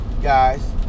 Guys